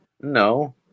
no